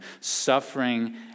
suffering